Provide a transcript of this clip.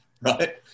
right